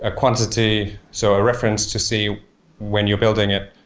ah quantity. so, a reference to see when you're building it,